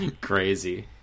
Crazy